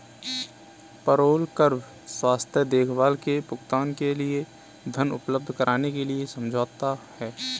payroll कर स्वास्थ्य देखभाल के भुगतान के लिए धन उपलब्ध कराने के लिए समझौता है